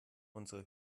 unsere